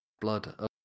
blood